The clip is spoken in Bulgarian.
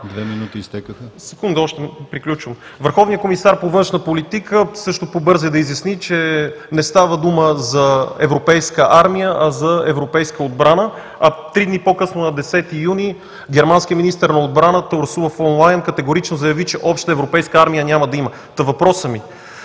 Двете минути изтекоха. ПЕТЪР ВИТАНОВ: Секунда още, приключвам. Върховният комисар по външната политика също побърза да изясни, че не става дума за европейска армия, а за европейска отбрана, а три дни по-късно, на 10 юни, германският министър на отбраната Урсула фон дер Лайен категорично заяви, че обща европейска армия няма да има. Въпросът ми